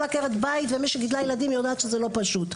כל עקרת בית, ומי שגידלה ילדים יודעת שזה לא פשוט.